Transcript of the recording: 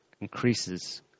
increases